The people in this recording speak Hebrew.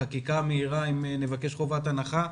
חקיקה מהירה עם בקשה לחובת הנחה,